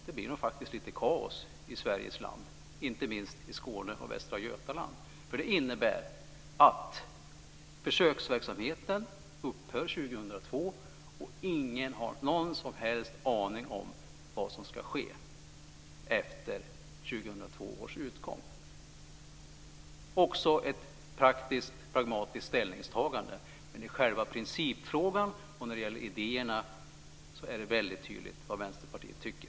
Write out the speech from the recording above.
Då blir det faktiskt lite av kaos i Sveriges land, inte minst i Skåne och i Västra Götaland. Det innebär att försöksverksamheten upphör 2002 och att ingen har någon som helst aning om vad som ska ske efter 2002 års utgång. Det är fråga om ett praktiskt-pragmatiskt ställningstagande, men i principfrågan och när det gäller idéerna är det väldigt tydligt vad Vänsterpartiet tycker.